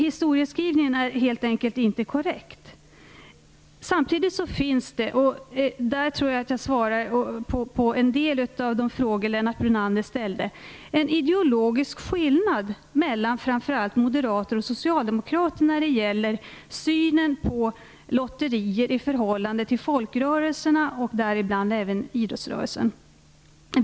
Historieskrivningen är inte korrekt. Samtidigt finns det - och det tror jag är svaret på en del av de frågor Lennart Brunander ställde - en ideologisk skillnad mellan framför allt moderater och socialdemokrater när det gäller synen på lotterier i förhållande till folkrörelserna och däribland idrottsrörelsen.